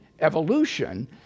evolution